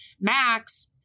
Max